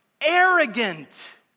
arrogant